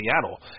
Seattle